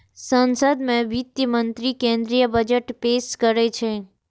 संसद मे वित्त मंत्री केंद्रीय बजट पेश करै छै